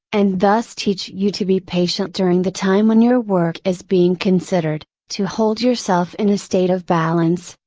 and thus teach you to be patient during the time when your work is being considered, to hold yourself in a state of balance,